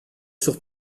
sur